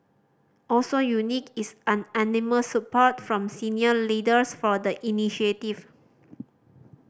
also unique is unanimous support from senior leaders for the initiative